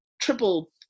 triple